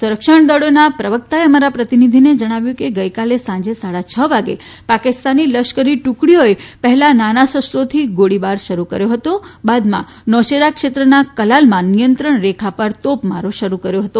સંરક્ષણ દળીના પ્રવક્તાએ અમારા પ્રતિનિધિએ જણાવ્યું હતું કે ગઇકાલેસાંજે સાડા છ વાગે પાકિસ્તાની લશ્કરી ટુકડીઓએ પહેલા નાના શસ્ત્રોથી ગોળીબાર શરૂ કર્યો હતો અને બાદમાં નોશેરા ક્ષેત્રના કલાલમાં નિયંત્રણ રેખા પર તોપમારો શરૂ કર્યો હતો